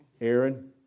Aaron